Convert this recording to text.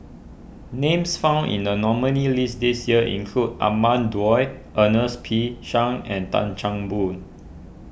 names found in the nominees' list this year include Ahmad Daud Ernest P Shanks and Tan Chan Boon